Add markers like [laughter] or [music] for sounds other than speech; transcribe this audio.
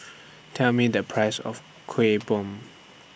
[noise] Tell Me The Price of Kueh Bom